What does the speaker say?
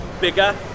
bigger